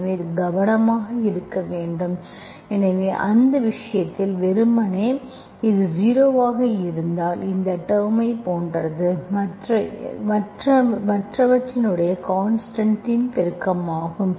எனவே இது கவனமாக இருக்க வேண்டும் எனவே அந்த விஷயத்தில் வெறுமனே ஏனென்றால் இது ஜீரோ ஆக இருந்தால் இந்த டேர்ம்ஐ போன்றது இது மற்றவற்றின் கான்ஸ்டன்ட் பெருக்கமாகும்